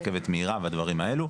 רכבת מהירה והדברים האלה.